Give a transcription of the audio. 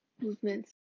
movements